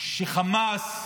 שלא חמאס